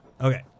Okay